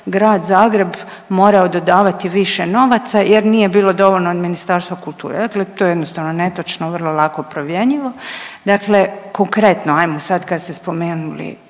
Grad Zagreb morao dodavati više novaca jer nije bilo dovoljno od Ministarstva kulture. Dakle, to je jednostavno netočno, vrlo lako provjerljivo. Dakle, konkretno ajmo sad kad ste spomenuli